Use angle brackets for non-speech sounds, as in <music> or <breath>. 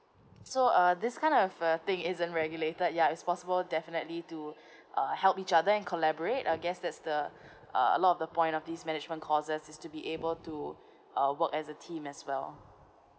so uh this kind of a thing isn't regulated yet it's possible definitely to <breath> uh help each other and collaborate I guess that's the <breath> uh a lot of the point of this management courses is to be able to uh work as a team as well